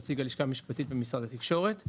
נציג הלשכה המשפטית של משרד התקשורת.